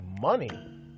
money